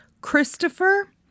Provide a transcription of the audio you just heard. Christopher